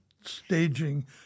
staging